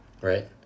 right